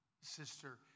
Sister